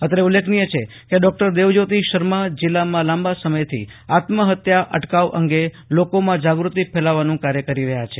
અત્રે ઉલેખનીય છે કેડોક્ટર દેવજ્યોતિ શર્મા જીલ્લામાં લાંબા સમયથી આત્મહત્યા અટકાવ અંગે લોકોમાં જાગૃતિ ફેલાવવા કાર્ય કરી રહ્યા છે